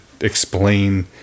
explain